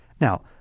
Now